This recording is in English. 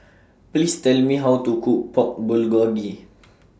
Please Tell Me How to Cook Pork Bulgogi